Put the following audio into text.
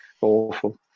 awful